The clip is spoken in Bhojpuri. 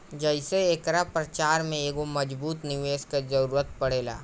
जेइसे एकरा प्रचार में एगो मजबूत निवेस के जरुरत पड़ेला